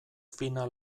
final